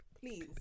Please